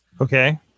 Okay